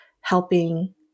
helping